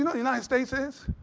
you know the united states is?